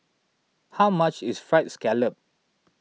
how much is Fried Scallop